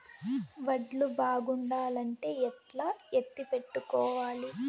వడ్లు బాగుండాలంటే ఎట్లా ఎత్తిపెట్టుకోవాలి?